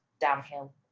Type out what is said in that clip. downhill